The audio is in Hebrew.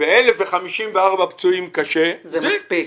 ו-1,054 פצועים קשה, זה מספיק.